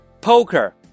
poker